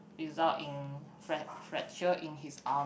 result in fra~ fracture in his arm